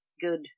good